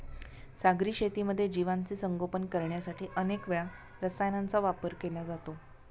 सागरी शेतीमध्ये जीवांचे संगोपन करण्यासाठी अनेक वेळा रसायनांचा वापर केला जातो